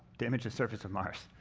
to image the surface of mars.